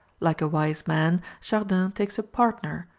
like a wise man, chardin takes a partner,